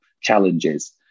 challenges